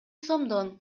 сомдон